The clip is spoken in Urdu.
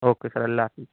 اوکے سر اللہ حافظ